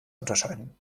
unterscheiden